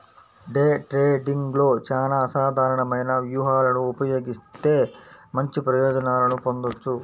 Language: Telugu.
డే ట్రేడింగ్లో చానా అసాధారణమైన వ్యూహాలను ఉపయోగిత్తే మంచి ప్రయోజనాలను పొందొచ్చు